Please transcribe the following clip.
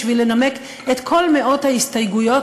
בשביל לנמק את כל מאות ההסתייגויות